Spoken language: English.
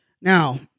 Now